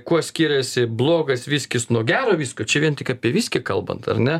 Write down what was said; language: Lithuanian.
kuo skiriasi blogas viskis nuo gero viskio čia vien tik apie viskį kalbant ar ne